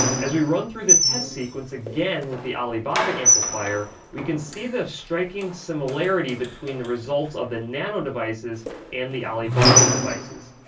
as we run through the test sequence again with the alibaba amplifier, we can see the striking similarity between the results of the nano devices and the alibaba devices.